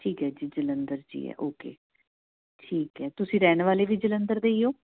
ਠੀਕ ਹੈ ਜੀ ਜਲੰਧਰ 'ਚ ਹੀ ਹੈ ਓਕੇ ਠੀਕ ਹੈ ਤੁਸੀਂ ਰਹਿਣ ਵਾਲੇ ਵੀ ਜਲੰਧਰ ਦੇ ਹੀ ਹੋ